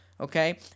okay